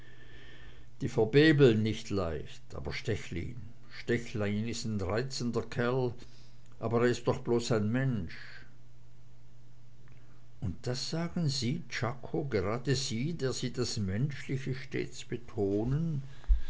die verbebeln nicht leicht aber stechlin stechlin ist ein reizender kerl aber er ist doch bloß ein mensch und das sagen sie czako gerade sie der sie das menschliche stets betonen